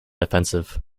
offensive